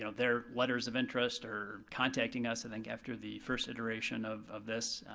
you know their letters of interest or contacting us i think after the first iteration of of this,